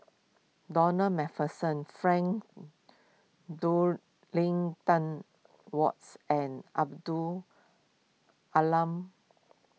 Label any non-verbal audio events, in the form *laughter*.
Ronald MacPherson Frank Dorrington Wards and Abdul *hesitation* long